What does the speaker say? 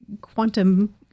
quantum